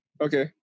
Okay